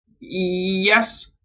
Yes